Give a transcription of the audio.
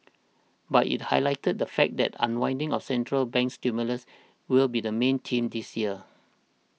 but it highlighted the fact that unwinding of central bank stimulus will be the main theme this year